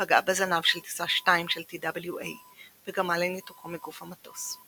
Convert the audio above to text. פגעה בזנב של טיסה 2 של TWA וגרמה לניתוקו מגוף המטוס.